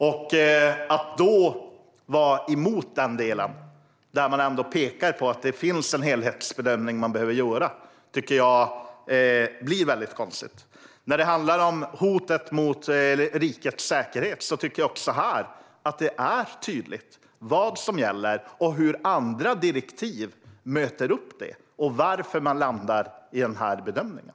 Det blir väldigt konstigt att vara emot den delen när utskottet pekar på att man behöver göra en helhetsbedömning. När det handlar om hotet mot rikets säkerhet tycker jag att det även här är tydligt vad som gäller, hur andra direktiv möter upp det och varför man landar i den bedömningen.